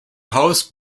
house